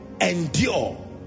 endure